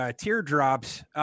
teardrops